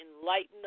enlighten